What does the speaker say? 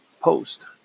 post